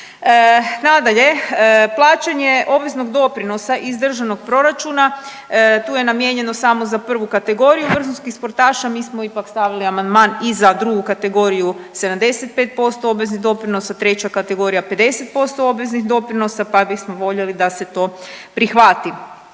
Nadalje, plaćanje obveznog doprinosa iz državnog proračuna tu je namijenjeno samo za prvu kategoriju vrhunskih sportaša, mi smo ipak stavili amandman i za drugu kategoriju 75% obveznih doprinosa, treća kategorija 50% obveznih doprinosa, pa bismo voljeli da se to prihvati.